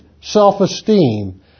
self-esteem